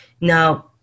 now